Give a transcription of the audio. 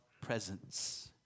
presence